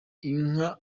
inka